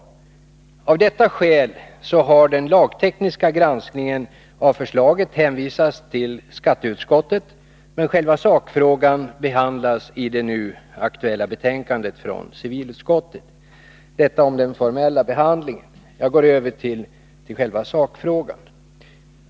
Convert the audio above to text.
Av detta skäl har den 113 8 Riksdagens protokoll 1982/83:52-53 lagtekniska granskningen av förslaget hänvisats till skatteutskottet, men själva sakfrågan behandlas i det nu aktuella betänkandet från civilutskottet. Efter dessa kommentarer kring den formella behandlingen av ärendet vill jag nu gå över till själva sakfrågan.